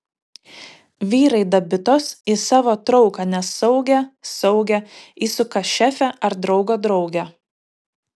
vyrai dabitos į savo trauką nesaugią saugią įsuka šefę ar draugo draugę